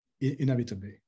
inevitably